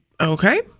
Okay